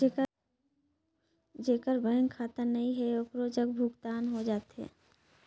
जेकर बैंक खाता नहीं है ओकरो जग भुगतान हो जाथे?